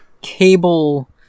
cable